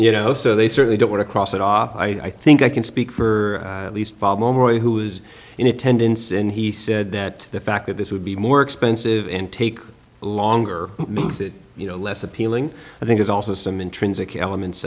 you know so they certainly don't want to cross that off i think i can speak for least vollmer who was in attendance and he said that the fact that this would be more expensive and take longer makes it you know less appealing i think is also some intrinsic elements